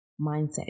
Mindset